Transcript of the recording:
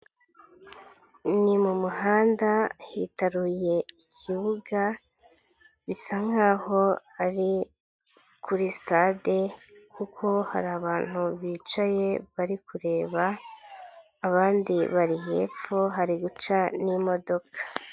Ni mu muhanda hitaruye ikibuga, bisa nkaho ari, kuri sitade, kuko hari abantu bicaye bari kureba, abandi bari hepfo hari guca n'imodoka.